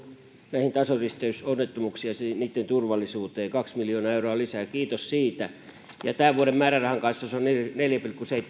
näihin tasoristeysonnettomuuksiin ja niitten turvallisuuteen kaksi miljoonaa euroa lisää kiitos siitä tämän vuoden määrärahan kanssa se on neljä pilkku seitsemän miljoonaa niin kuin